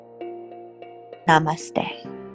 namaste